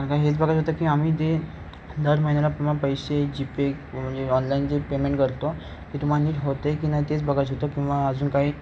कारण का हेच बघायचं होतं की आम्ही ते दर महिन्याला प्रमाणे पैसे जीपे म्हणजे ऑनलाईन जे पेमेंट करतो ते तुम्हाला नीट होते की नाही तेच बघायचं होतं किंवा अजून काही